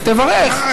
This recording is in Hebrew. אז תברך.